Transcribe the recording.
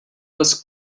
was